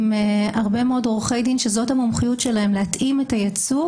עם הרבה מאוד עורכי דין שזאת המומחיות שלהם להתאים את הייצוג,